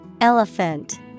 Elephant